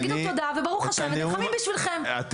תגידו תודה וברוך השם, נלחמים בשבילכם.